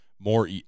more